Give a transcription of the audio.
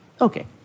Okay